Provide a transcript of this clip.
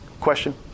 question